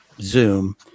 Zoom